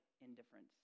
indifference